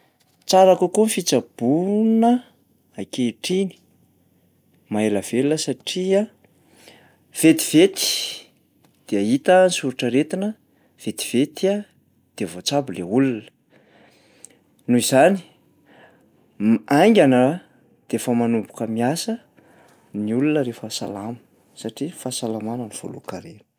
Tsara kokoa ny fitsaboana ankehitriny, maha-ela velona satria vetivety dia hita soritra aretina, vetivety a de voatsabo lay olona. Noho izany haingana de efa manomboka miasa ny olona rehefa salama, satria ny fahasalamana no voalahan-karena.